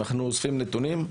אנחנו אוספים נתונים,